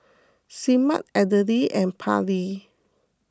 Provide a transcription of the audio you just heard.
Semaj Adele and Parley